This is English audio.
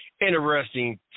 interesting